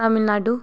Tamil Nadu